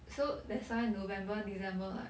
so that's why november december like